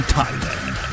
Thailand